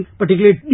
particularly